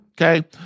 Okay